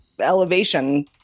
elevation